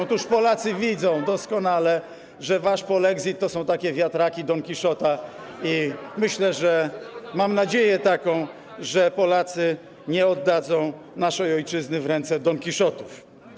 Otóż Polacy widzą doskonale, że wasz polexit to są takie wiatraki Don Kichota, i myślę, mam taką nadzieję, że Polacy nie oddadzą naszej ojczyzny w ręce Don Kichotów.